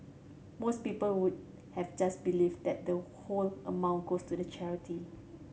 most people would have just believed that the whole amount goes to the charity